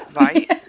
right